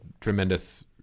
tremendous